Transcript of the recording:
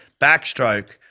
backstroke